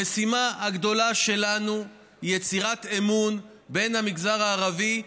המשימה הגדולה שלנו היא יצירת אמון בין המגזר הערבי למשטרה.